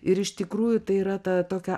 ir iš tikrųjų tai yra ta tokia